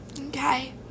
Okay